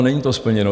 Není to splněno.